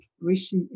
Rishi